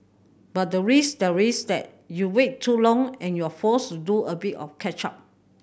but the risk there is that you wait too long and you're forced to do a bit of catch up